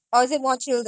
no lah I try to